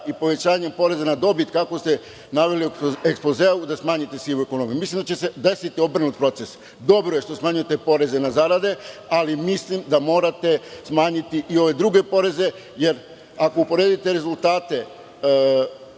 i povećanjem poreza na dobit, kako ste naveli u ekspozeu, da smanjite sivu ekonomiju. Mislim da će se desiti obrnut proces. Dobro je što smanjujete poreze na zarade, ali mislim da morate smanjiti i ove druge poreze, jer ako uporedite rezultate